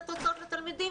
והתלמידים.